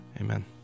Amen